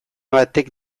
batek